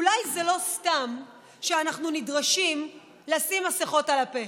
אולי זה לא סתם שאנחנו נדרשים לשים מסכות על הפה.